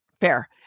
fair